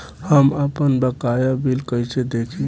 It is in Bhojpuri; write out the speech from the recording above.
हम आपनबकाया बिल कइसे देखि?